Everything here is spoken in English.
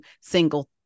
single